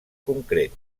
concret